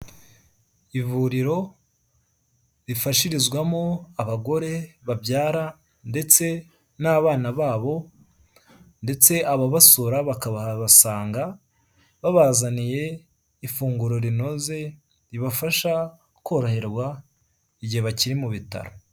Ivuriro rifashirizwamo abagore babyara ndetse n'abana babo ndetse ababasura bakahabasanga babazaniye ifunguro rinoze ribafasha koroherwa igihe bakiri mu bitaro.